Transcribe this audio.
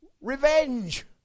Revenge